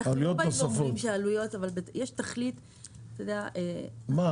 יש תכלית --- מה,